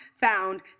found